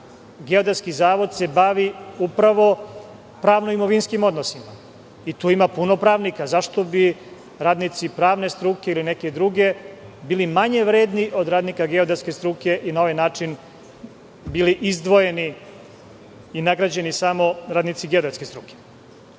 Geodetski zavod se bavi upravo pravno-imovinskim odnosima i tu ima puno pravnika. Zašto bi radnici pravne struke ili neke druge, bili manje vredni od radnika geodetske struke i na ovaj način bili izdvojeni i nagrađeni samo radnici geodetske struke?